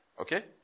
Okay